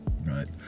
right